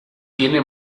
tiene